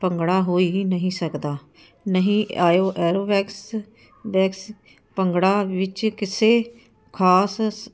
ਭੰਗੜਾ ਹੋਈ ਹੀ ਨਹੀਂ ਸਕਦਾ ਨਹੀਂ ਆਇਓ ਐਰੋਬੈਕਸ ਵੈਕਸ ਭੰਗੜਾ ਵਿੱਚ ਕਿਸੇ ਖ਼ਾਸ ਸੰ